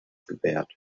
gewährt